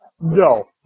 No